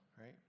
right